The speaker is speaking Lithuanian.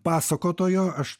pasakotojo aš